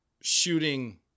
shooting